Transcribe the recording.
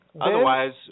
Otherwise